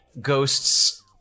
ghosts